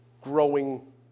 growing